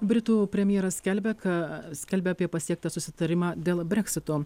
britų premjeras skelbia ką skelbia apie pasiektą susitarimą dėl breksito